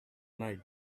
night